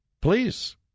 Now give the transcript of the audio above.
Please